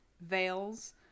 veils